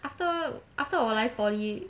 after after all I poly